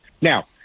Now